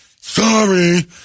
Sorry